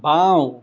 বাঁও